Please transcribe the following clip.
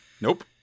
Nope